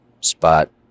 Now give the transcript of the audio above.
spot